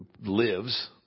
lives